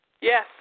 Yes